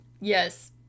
Yes